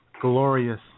glorious